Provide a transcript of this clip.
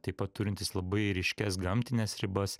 taip pat turintis labai ryškias gamtines ribas